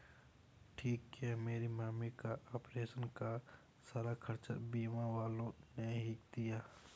ठीक किया मेरी मम्मी का ऑपरेशन का सारा खर्चा बीमा वालों ने ही दिया